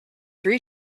three